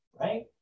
right